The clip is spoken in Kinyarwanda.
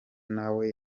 nawe